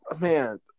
man